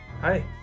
Hi